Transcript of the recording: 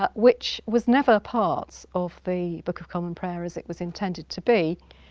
ah which was never part of the book of common prayer as it was intended to be,